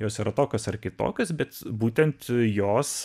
jos yra tokios ar kitokios bet būtent jos